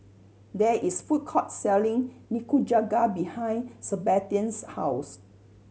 there is a food court selling Nikujaga behind Sabastian's house